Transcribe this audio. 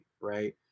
Right